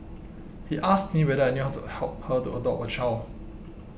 he asked me whether I knew how to help her to adopt a child